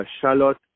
shallot